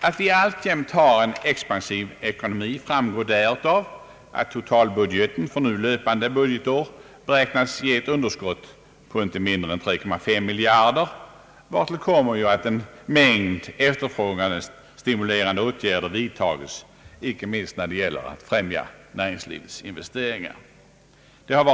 Att vi alltjämt har en expansiv ekonomi framgår därav, att totalbudgeten för nu löpande budgetår beräknas ge ett underskott på inte mindre än 3,5 miljarder kronor, vartill kommer att en mängd efterfrågestimulerande åtgärder vidtagits, icke minst med syfte att främja näringslivets investeringar.